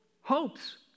hopes